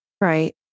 right